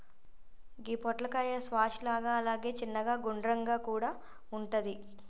గి పొట్లకాయ స్క్వాష్ లాగా అలాగే చిన్నగ గుండ్రంగా కూడా వుంటది